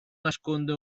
nasconde